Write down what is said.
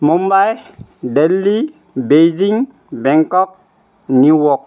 Mumbai Delhi Beijing Bangkok New York